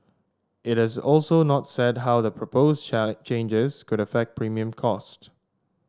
it has also not said how the proposed changes could affect premium costs